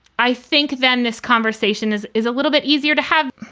i think then this conversation is is a little bit easier to have.